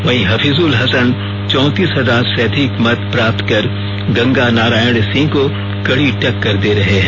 वहीं हफीजुल हसन चौतीस हजार से अधिक मत प्राप्त कर गंगा नारायण सिंह को कड़ी टक्कर दे रहे हैं